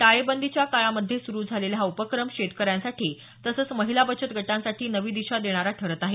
टाळेबंदीच्या काळामध्ये सुरू झालेला हा उपक्रम शेतकऱ्यांसाठी तसंच महिला बचत गटांसाठी नवी दिशा देणारा ठरत आहे